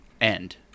end